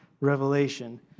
revelation